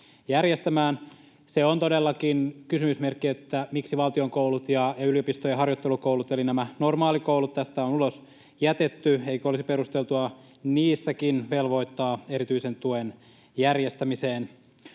Se on todellakin kysymysmerkki, miksi valtion koulut ja yliopistojen harjoittelukoulut eli nämä normaalikoulut tästä on ulos jätetty. Eikö olisi perusteltua niissäkin velvoittaa erityisen tuen järjestämiseen?